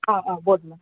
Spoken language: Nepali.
बोटमा